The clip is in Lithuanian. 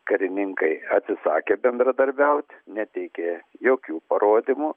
karininkai atsisakė bendradarbiaut neteikė jokių parodymų